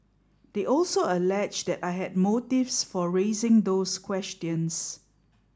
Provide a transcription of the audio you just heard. they also alleged that I had motives for raising those questions